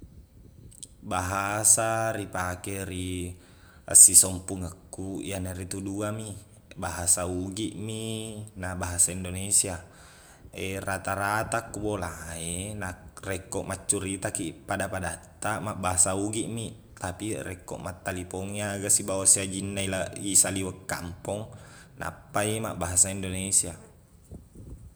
Bahasa ripake ri asisempungeqkuq iyana ritu dua mi bahasa ugiq mi na bahasa indonesia rata-rata ko bola e nak- rekko maccoritakiq pada-padattaq mabbahasa ugiq mi tapiq rekko mattalipong i aga sibawa siajingna ilaq- isaliweng kampong nappai mabbahasa indonesia